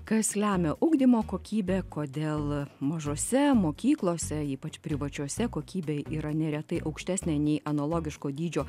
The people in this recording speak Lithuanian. kas lemia ugdymo kokybę kodėl mažose mokyklose ypač privačiose kokybė yra neretai aukštesnė nei analogiško dydžio